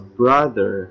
brother